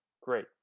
Great